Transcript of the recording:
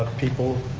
ah people,